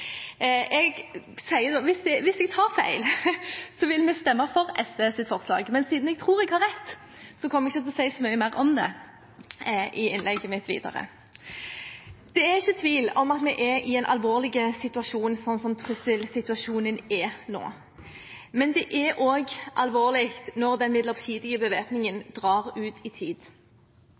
jeg sier dette, jeg kan ta feil. Hvis jeg tar feil, vil vi stemme for SVs forslag, men siden jeg tror jeg har rett, kommer jeg ikke til å si så mye mer om det i innlegget mitt. Det er ikke tvil om at vi er i en alvorlig situasjon, slik trusselsituasjonen er nå. Men det er også alvorlig når den midlertidige bevæpningen drar ut i tid.